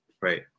right